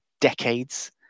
decades